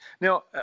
Now